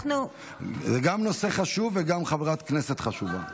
זה גם נושא חשוב וגם חברת כנסת חשובה.